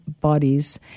bodies